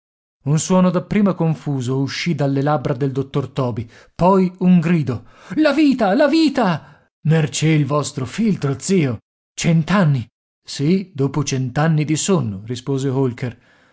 un suono dapprima confuso uscì dalle labbra del dottor toby poi un grido la vita la vita mercé il vostro filtro zio cent'anni sì dopo cent'anni di sonno rispose holker non